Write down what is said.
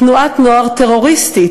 תנועת נוער טרוריסטית.